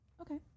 okay